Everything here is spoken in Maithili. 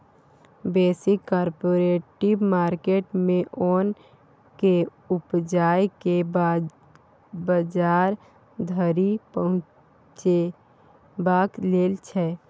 बेसी कॉपरेटिव मार्केट मे ओन केँ उपजाए केँ बजार धरि पहुँचेबाक लेल छै